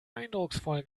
eindrucksvoll